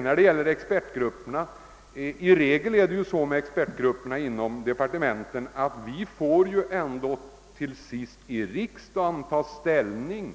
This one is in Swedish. När det sedan gäller expertgrupperna inom departementen är det ju i regel så, att vi ändå till sist här i riksdagen får ta ställning till